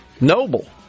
Noble